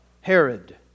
Herod